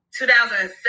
2007